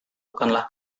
bukanlah